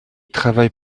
travaille